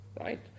right